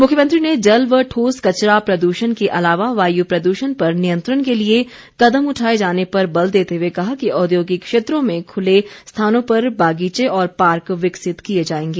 मुख्यमंत्री ने जल व ठोस कचरा प्रदूषण के अलावा वायु प्रदूषण पर नियंत्रण के लिए कदम उठाए जाने पर बल देते हुए कहा कि औद्योगिक क्षेत्रों में खुले स्थानों पर बागीचे और पार्क विकसित किए जाएंगे